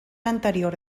anterior